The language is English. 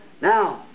Now